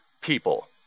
people